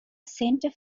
center